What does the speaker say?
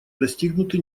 достигнуты